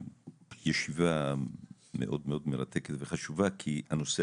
ישיבה מאוד מאוד מרתקת וחשובה כי הנושא